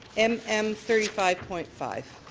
m m three five point five.